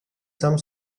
сам